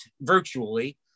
virtually